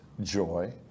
joy